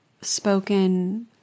spoken